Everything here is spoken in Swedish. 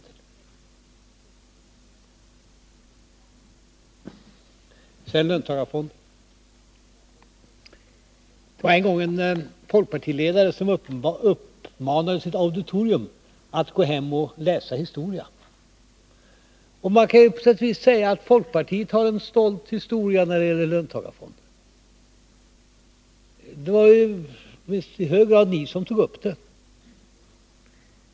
Sedan några ord om löntagarfonderna. Det var en gång en folkpartiledare som uppmanade sitt auditorium att gå hem och läsa historia. Man kan på sätt och vis säga att folkpartiet har en stolt historia när det gäller löntagarfonder. Det var ju i hög grad folkpartisterna som tog upp detta.